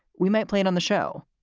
we might play it on the show.